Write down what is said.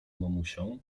mamusią